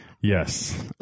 Yes